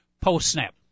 post-snap